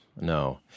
No